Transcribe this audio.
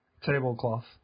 Tablecloth